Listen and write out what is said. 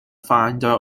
founder